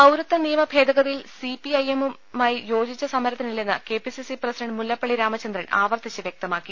പൌരത്യ നിയമഭേദഗതിയിൽ സിപിഐഎമ്മുമായി യോജിച്ചു സമരത്തിനില്ലെന്ന് K P C C president Mullappally Ramachandran ആവർത്തിച്ച് വൃക്തമാക്കി